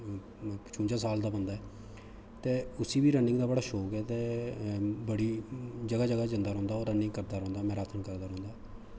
पचुंजा साल दा बंदा ऐ ते उस्सी दी रनिंग दा बड़ा शौंक ऐ ते बड़ी जगह जगह जंदा रौंह्दा ओह् रनिंग करदा रौंह्दा मैराथन करदा रौंह्दा